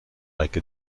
like